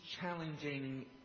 challenging